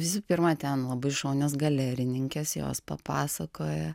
visų pirma ten labai šaunios galerininkės jos papasakoja